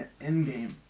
Endgame